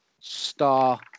star